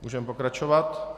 Můžeme pokračovat.